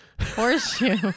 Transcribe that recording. Horseshoe